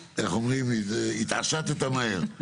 טוב, איך אומרים, התעשת מהר.